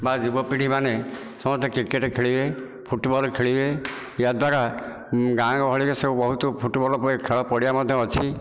ବା ଯୁବପିଢ଼ି ମାନେ ସମସ୍ତେ କ୍ରିକେଟ୍ ଖେଳିବେ ଫୁଟୁବଲ୍ ଖେଳିବେ ଏହାଦ୍ଵାରା ଗାଁ ଗହଳିରେ ସବୁ ବହୁତ ଫୁଟୁବଲ୍ ପରି ଖେଳପଡ଼ିଆ ମଧ୍ୟ ଅଛି